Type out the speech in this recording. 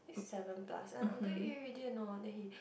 seven plus and uncle you eat already or not then he